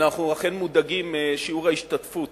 אנחנו אכן מודאגים משיעור ההשתתפות